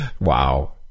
Wow